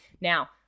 Now